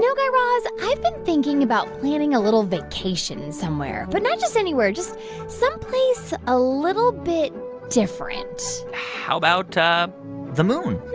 guy raz, i've been thinking about planning a little vacation somewhere but not just anywhere, just some place a little bit different how about ah the moon?